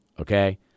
okay